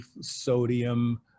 sodium